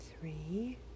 three